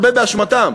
הרבה באשמתם,